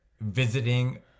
visiting